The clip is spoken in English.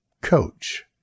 Coach